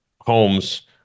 homes